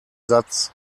satz